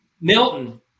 Milton